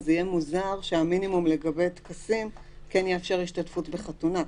אז זה יהיה מוזר שהמינימום לגבי טקסים כן יאפשר השתתפות בחתונה.